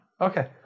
Okay